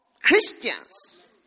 Christians